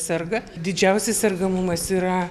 serga didžiausias sergamumas yra